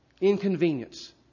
inconvenience